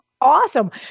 awesome